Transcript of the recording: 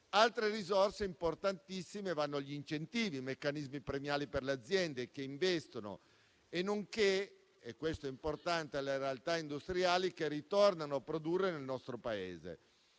Altre risorse importantissime vanno agli incentivi, con meccanismi premiali per le aziende che investono, nonché alle realtà industriali che ritornano a produrre nel nostro Paese,